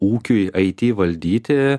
ūkiui aity valdyti